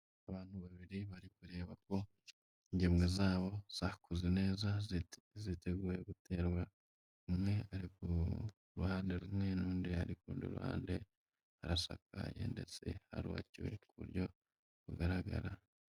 Abantu babiri bari kureba ko ingemwe zabo zakuze neza, ziteguye guterwa, umwe ari ku ruhande rumwe n'undi ari ku rundi ruhande, harasakaye ndetse harubakiwe ku buryo bugaragara.